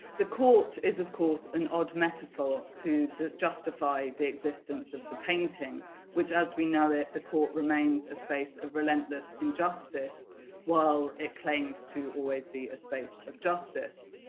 the court is of course an odd metaphor to to justify the existence of the painting which as we know it the court remains a space of relentless injustice while it claims to always be a space of justice.